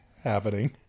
happening